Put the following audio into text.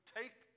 take